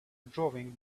drawing